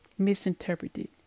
Misinterpreted